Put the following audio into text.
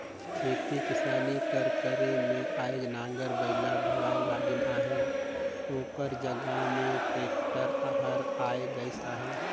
खेती किसानी कर करे में आएज नांगर बइला भुलाए लगिन अहें ओकर जगहा में टेक्टर हर आए गइस अहे